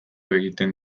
egiten